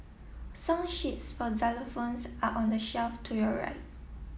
song sheets for xylophones are on the shelf to your right